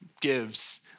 gives